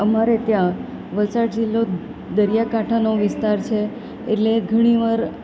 અમારે ત્યાં વલસાડ જિલ્લો દરિયાકાંઠાનો વિસ્તાર છે એટલે ઘણીવાર